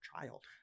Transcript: child